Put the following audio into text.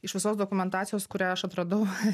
iš visos dokumentacijos kurią aš atradau